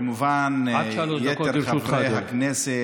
כמובן יתר חברי הכנסת,